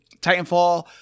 Titanfall